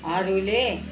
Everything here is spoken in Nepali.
हरूले